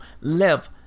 live